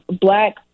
black